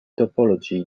topology